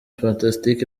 fantastic